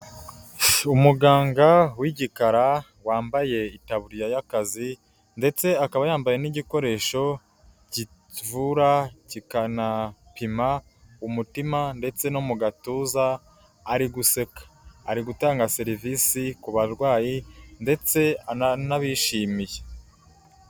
Umuganga w'igikara wambaye itaburiya y'akazi ndetse akaba yambaye n'igikoresho kivura kikanapima umutima ndetse no mu gatuza, ari guseka. Ari gutanga serivisi ku barwayi ndetse aranabishimiye.